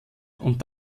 und